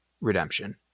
redemption